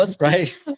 right